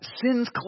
sins